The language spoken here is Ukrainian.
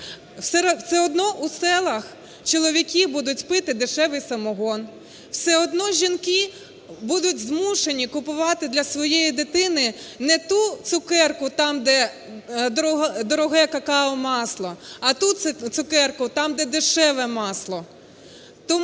Все одно у селах чоловіки будуть пити дешевий самогон. Все одно жінки будуть змушені купувати для своєї дитини не ту цукерку, там, де дороге какао-масло, а ту цукерку, там, де дешеве масло.